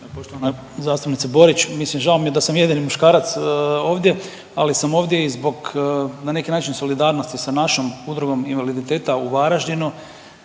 zastupnice Borić, mislim žao mi je da sam jedini muškarac ovdje, ali sam ovdje i zbog na neki način solidarnosti sa našom Udrugom invaliditeta u Varaždinu